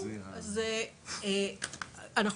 בוקר טוב,